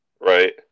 Right